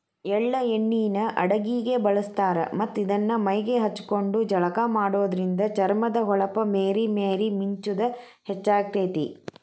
ಎಳ್ಳ ಎಣ್ಣಿನ ಅಡಗಿಗೆ ಬಳಸ್ತಾರ ಮತ್ತ್ ಇದನ್ನ ಮೈಗೆ ಹಚ್ಕೊಂಡು ಜಳಕ ಮಾಡೋದ್ರಿಂದ ಚರ್ಮದ ಹೊಳಪ ಮೇರಿ ಮೇರಿ ಮಿಂಚುದ ಹೆಚ್ಚಾಗ್ತೇತಿ